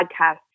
podcast